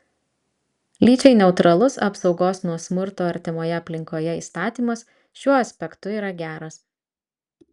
lyčiai neutralus apsaugos nuo smurto artimoje aplinkoje įstatymas šiuo aspektu yra geras